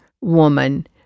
woman